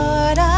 Lord